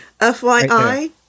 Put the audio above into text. FYI